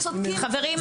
חברים,